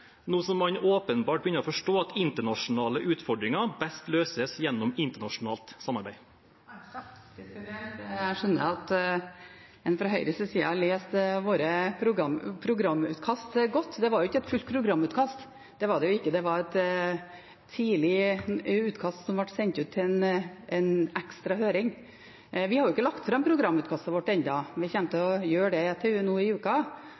nå som man åpenbart begynner å forstå at internasjonale utfordringer best løses gjennom internasjonalt samarbeid? Jeg skjønner at en fra Høyres side leser våre programutkast godt – det var jo ikke et fullt programutkast, det var det ikke, det var et tidlig utkast som ble sendt ut til en ekstra høring. Vi har ikke lagt fram programutkastet vårt enda, vi kommer til å gjøre det nå til uka.